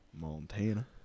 Montana